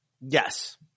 Yes